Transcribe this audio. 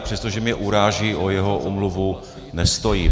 Přestože mě uráží, o jeho omluvu nestojím.